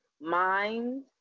mind